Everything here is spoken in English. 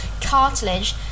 cartilage